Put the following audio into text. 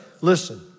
Listen